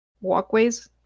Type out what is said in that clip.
walkways